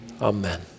Amen